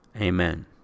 Amen